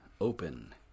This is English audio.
open